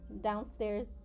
downstairs